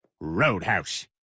Roadhouse